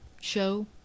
show